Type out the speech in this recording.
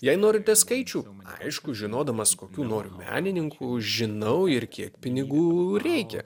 jei norite skaičių aišku žinodamas kokių noriu menininkų žinau ir kiek pinigų reikia